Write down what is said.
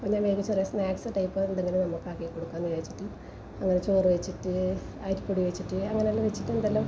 അപ്പം ഞാൻ ചെറിയ സ്നാക്സ് ടൈപ്പ് എന്തെങ്കിലും ഉണ്ടാക്കി കൊടുക്കാമെന്ന് വിചാരിച്ചിട്ട് അങ്ങനെ ചോറ് വെച്ചിട്ട് അരിപ്പൊടി വെച്ചിട്ട് അങ്ങനെല്ലാം വെച്ചിട്ട് എന്തെല്ലാം